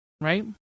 right